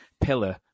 pillar